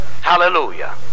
Hallelujah